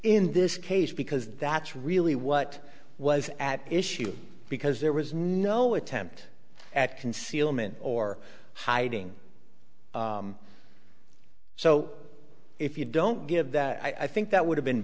in this case because that's really what was at issue because there was no attempt at concealment or hiding so if you don't give that i think that would have been